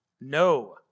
No